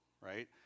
right